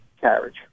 carriage